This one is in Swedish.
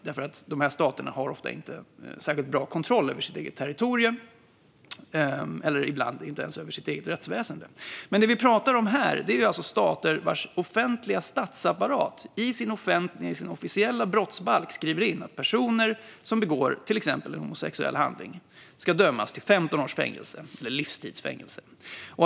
Dessa stater har ofta inte särskilt bra kontroll över sitt eget territorium, ibland inte ens över sitt eget rättsväsen. Men det vi pratar om här är alltså stater vars offentliga statsapparat i sin officiella brottsbalk skriver in att personer som begår till exempel en homosexuell handling ska dömas till 15 års fängelse eller livstid.